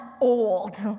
old